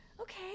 Okay